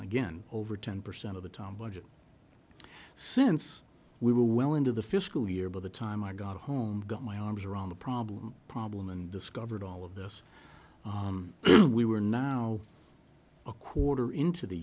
again over ten percent of the time budget since we were well into the fiscal year by the time i got home got my arms around the problem problem and discovered all of this we were now a quarter into the